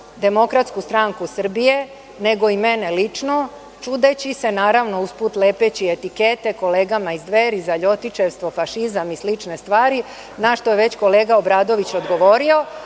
prozvao ne samo DSS nego i mene lično čudeći se naravno, usput lepeći etikete kolegama iz Dveri za „ljotićevstvo“, fašizam i slične stvari na šta je već kolega Obradović odgovorio,